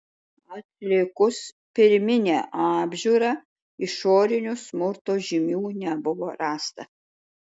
atlikus pirminę apžiūrą išorinių smurto žymių nebuvo rasta